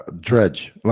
Dredge